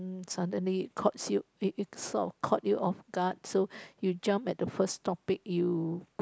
mm suddenly caught you it it sort of caught you off guard so you jump at the first topic you could